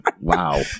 Wow